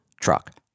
truck